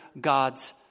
God's